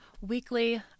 weekly